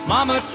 Mama